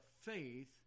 faith